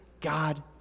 God